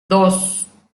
dos